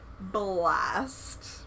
blast